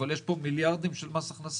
אבל יש פה מיליארדים של מס חברות.